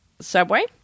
subway